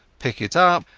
pick it up,